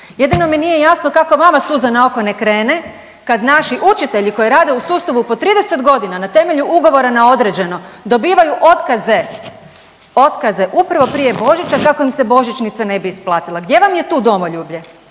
Jedino mi nije jasno kako vama suza na oko ne krene kad naši učitelji koji rade u sustavu po 30 godina na temelju ugovora na određeno dobivaju otkaze upravo prije Božića kako im se božićnica ne bi isplatila. Gdje vam je tu domoljublje?